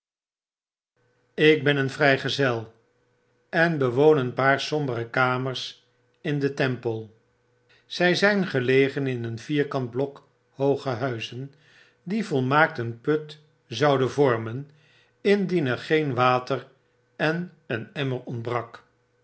ik ben een vrijgezel en bewoon een paar sombere kamers in den temple zij zijn gelegen in een vierkant blok hooge huizen die volmaakt een put zouden vormen indien er geen water en een emmer ontbrak